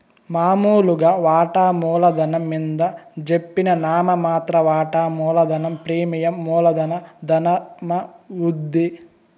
మామూలుగా వాటామూల ధనం మింద జెప్పిన నామ మాత్ర వాటా మూలధనం ప్రీమియం మూల ధనమవుద్ది